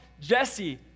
Jesse